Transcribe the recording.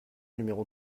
numéro